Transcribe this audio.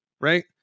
Right